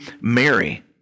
Mary